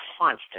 constant